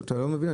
אתה לא מבין,